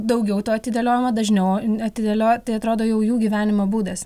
daugiau to atidėliojimo dažniau atidėlioja tai atrodo jau jų gyvenimo būdas